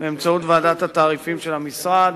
באמצעות ועדת התעריפים של המשרד.